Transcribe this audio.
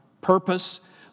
purpose